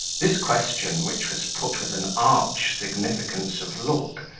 this question, which was put with an arch significance of look,